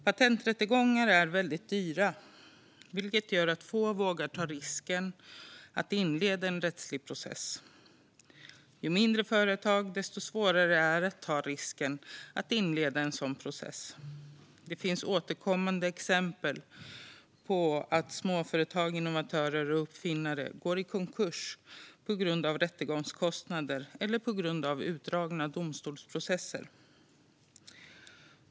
Patenträttegångar är väldigt dyra, vilket gör att få vågar ta risken att inleda en rättslig process. Ju mindre företag, desto svårare att ta risken att inleda en sådan process. Det finns återkommande exempel på att småföretag, innovatörer och uppfinnare går i konkurs på grund av rättegångskostnader eller utdragna domstolsprocesser.